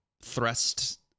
thrust